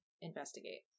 investigate